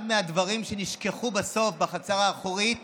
הדברים שנשכחו בסוף בחצר האחורית